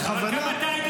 בזמן שאתה מדבר